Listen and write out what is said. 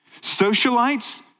Socialites